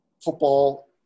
football